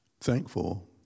thankful